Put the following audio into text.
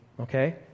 Okay